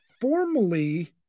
formally